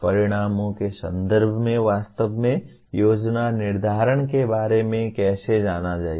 परिणामों के संदर्भ में वास्तव में योजना निर्धारण के बारे में कैसे जाना जाए